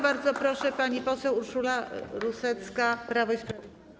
Bardzo proszę, pani poseł Urszula Rusecka, Prawo i Sprawiedliwość.